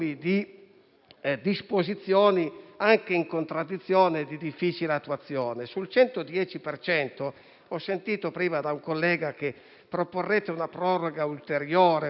disposizioni anche in contraddizione e di difficile attuazione. Sul 110 per cento ho sentito prima da un collega che proporrete una proroga ulteriore perché